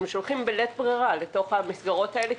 הם שולחים בלית ברירה לתוך המסגרות האלו.